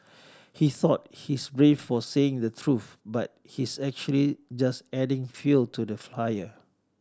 he thought he's brave for saying the truth but he's actually just adding fuel to the fire